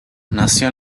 nació